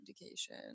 indication